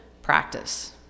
Practice